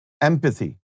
empathy